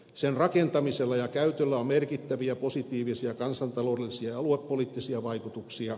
sen rakentamisella ja käytöllä on merkittäviä positiivisia kansantaloudellisia ja aluepoliittisia vaikutuksia